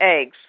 eggs